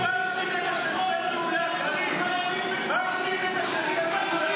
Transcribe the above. חבר הכנסת גלעד קריב -- משתף פעולה עם --- חבר המפלגה שלך.